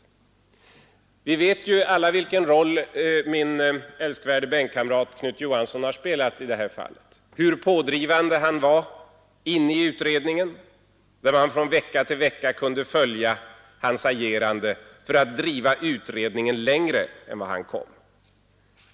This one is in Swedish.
Allmänna pensions Vi vet alla vilken roll min älskvärde bänkkamrat Knut Johansson har fondens förvaltning, spelat i detta fall och hur pådrivande han var i utredningen, där man från m.m. vecka till vecka kunde följa hans agerande för att driva utredningen längre än den kom.